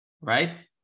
right